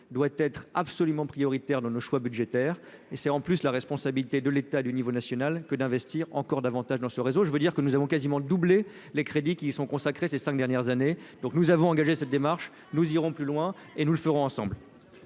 doit être absolument prioritaire dans le choix budgétaires et c'est en plus la responsabilité de l'état du niveau national que d'investir encore davantage dans ce réseau, je veux dire que nous avons quasiment doublé les crédits qui sont consacrés ces 5 dernières années, donc nous avons engagé cette démarche, nous irons plus loin et nous le ferons ensemble.